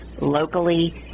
locally